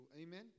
Amen